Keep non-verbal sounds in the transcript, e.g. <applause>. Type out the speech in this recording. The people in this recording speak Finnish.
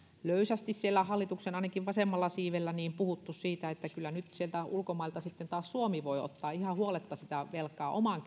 löysästi hallituksen ainakin vasemmalla siivellä puhuttu siitä että kyllä nyt sieltä ulkomailta sitten taas suomi voi ottaa ihan huoletta velkaa omaan <unintelligible>